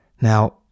Now